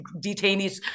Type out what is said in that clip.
detainees